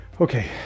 Okay